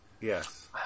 Yes